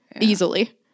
Easily